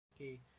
Okay